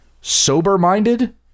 sober-minded